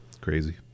crazy